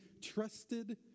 trusted